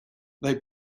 they